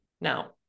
Now